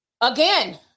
again